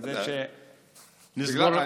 כדי שנסגור,